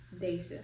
Deja